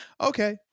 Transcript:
okay